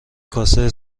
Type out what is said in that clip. کاسه